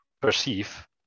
perceive